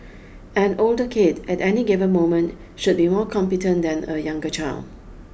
an older kid at any given moment should be more competent than a younger child